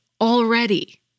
already